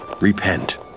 Repent